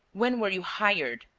when were you hired?